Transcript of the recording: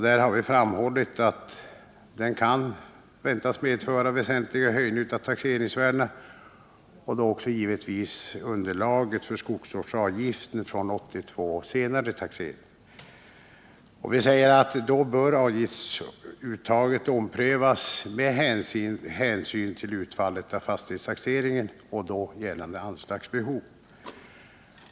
Vi har framhållit att den kan väntas medföra väsentliga höjningar av taxeringsvärdena och därmed också av underlaget för skogsvårdsavgiften från 1982 och senare taxeringar. Avgiftsuttaget bör då givetvis omprövas med hänsyn till utfallet av fastighetstaxeringen och då gällande anslagsbehov.